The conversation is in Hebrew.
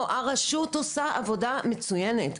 הרשות עושה עבודה מצוינת,